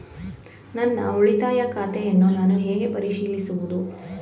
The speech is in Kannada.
ನನ್ನ ಉಳಿತಾಯ ಖಾತೆಯನ್ನು ನಾನು ಹೇಗೆ ಪರಿಶೀಲಿಸುವುದು?